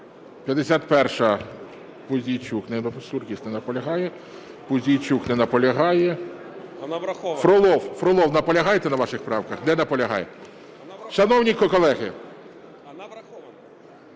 Пузійчук не наполягає. Фролов. Фролов, наполягаєте на ваших правках? Не наполягає. Шановні колеги…